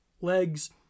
Legs